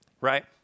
right